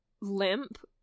limp